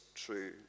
true